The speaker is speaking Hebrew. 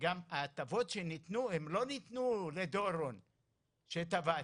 שגם ההטבות שניתנו הן לא ניתנו לדורון שתבעתי,